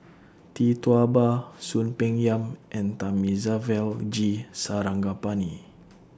Tee Tua Ba Soon Peng Yam and Thamizhavel G Sarangapani